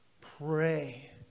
pray